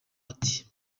ati